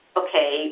okay